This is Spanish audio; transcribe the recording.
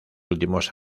últimos